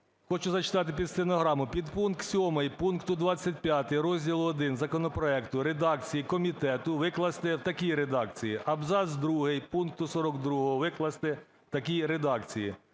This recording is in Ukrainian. Хочу зачитати під стенограму: підпункт 7 пункту 25 розділу I законопроекту у редакції комітету викласти в такій редакції: "абзац другий пункту 42 викласти в такій редакції: